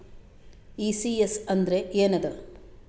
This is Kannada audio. ಈ.ಸಿ.ಎಸ್ ಅಂದ್ರ ಏನದ?